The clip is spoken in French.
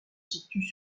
situent